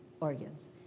organs